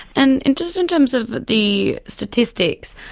and just in terms of the the statistics,